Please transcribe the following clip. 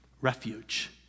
refuge